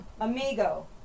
Amigo